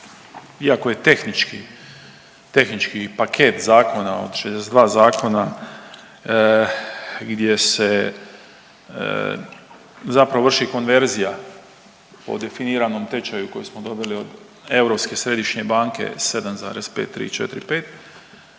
tehnički paket zakona od 62 zakona gdje se zapravo vrši konverzija o definiranom tečaju koji smo dobili od Europske središnje banke 7,5345